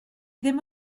ddim